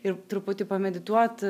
ir truputį pamedituot